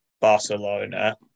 Barcelona